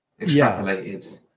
extrapolated